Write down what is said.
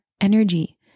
energy